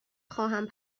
خواهم